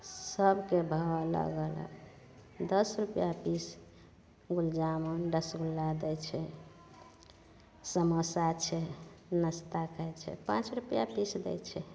सबके भाव अलग अलग दस रुपैआ पीस गुलजामुन रसगुल्ला दै छै समोसा छै नाश्ता खाइ छै पाँच रुपैआ पीस दै छै